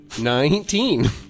Nineteen